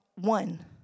one